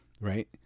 Right